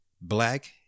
black